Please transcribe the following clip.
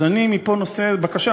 פוליטית פרגמטית.